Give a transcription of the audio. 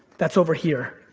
that's over here.